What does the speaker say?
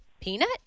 peanut